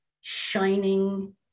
shining